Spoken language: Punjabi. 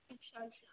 ਅੱਛਾ ਅੱਛਾ